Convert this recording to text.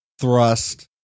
thrust